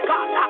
God